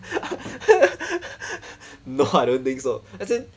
no I don't think so as in